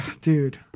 Dude